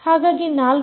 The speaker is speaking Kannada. ಹಾಗಾಗಿ 4